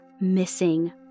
missing